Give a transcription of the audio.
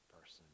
person